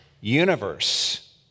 universe